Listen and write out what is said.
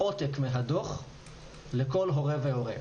עותק מהדוח לכל הורה והורה.